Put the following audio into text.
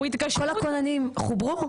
כל הכוננים חוברו?